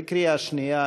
בקריאה שנייה,